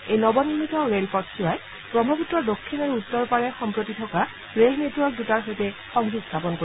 এই নৱনিৰ্মিত ৰেলপথছোৱাই ব্ৰহ্মপূত্ৰৰ দক্ষিণ আৰু উত্তৰ পাৰে সম্প্ৰতি থকা ৰেল নেটৱৰ্ক দুটাৰ সৈতে সংযোগ স্থাপন কৰিব